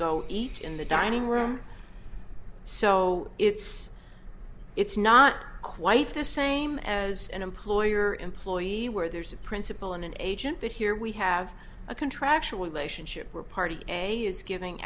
go eat in the dining room so it's it's not quite the same as an employer employee where there's a principal and an agent but here we have a contractual relationship where party a is giving